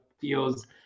feels